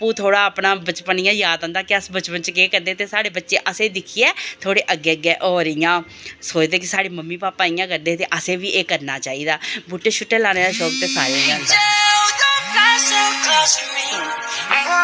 ओह् थोह्ड़ा अपना बचपन इ'यां जाद आंदा कि अस बचपन च केह् करदे हे ते साढ़े बच्चे असेंगी दिक्खियै थोह्ड़े अग्गें अग्गें होर इ'यां सोचदे साढ़े मम्मी पापा इ'यां करदे हे ते असें बी एह् करना चाहिदा बूह्टे शूह्टे लाने दा शौंक दे सारें गी होंदा